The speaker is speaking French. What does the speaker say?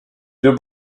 deux